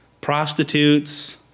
prostitutes